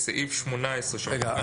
בסעיף 18 --- רגע,